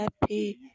happy